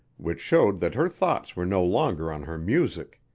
which showed that her thoughts were no longer on her music.